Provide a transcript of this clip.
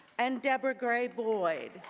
and debra gray boyd.